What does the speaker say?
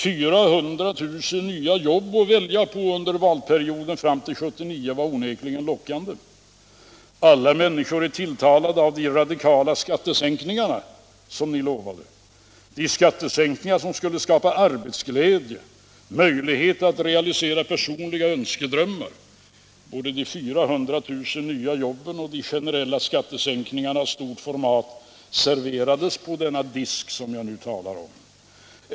400 000 nya jobb att välja på under valperioden fram till 1979 var onekligen lockande. Alla människor är tilltalade av de radikala skattesänkningar som ni lovade — de skattesänkningar som skulle skapa arbetsglädje och möjlighet att realisera personliga önskedrömmar. Både de 400 000 nya jobben och de generella skattesänkningarna av stort format serverades på den disk som jag nu talar om.